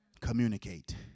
Communicate